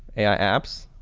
ai apps.